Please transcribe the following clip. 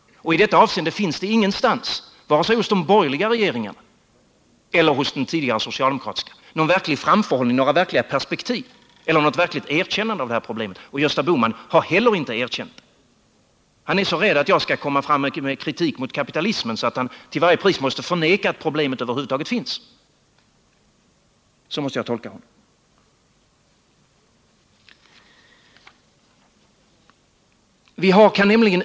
I detta avseende finns det ingenstans — vare sig hos de borgerliga regeringarna eller hos den tidigare socialdemokratiska — några verkliga perspektiv eller något verkligt erkännande av detta problem. Gösta Bohman har heller inte erkänt det. Han är så rädd att jag skall komma fram med kritik mot kapitalismen att han till varje pris måste förneka att problemet över huvud taget finns. Så måste jag tolka honom.